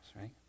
right